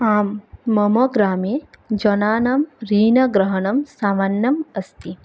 आं मम ग्रामे जनानाम् ऋणग्रहणं सामान्यम् अस्ति